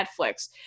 Netflix